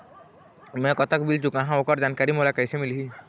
मैं कतक बिल चुकाहां ओकर जानकारी मोला कइसे मिलही?